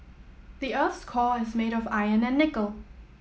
the earth's core is made of iron and nickel